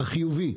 החיובי,